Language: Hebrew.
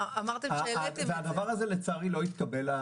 הזה לצערי לא התקבל.